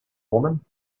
woman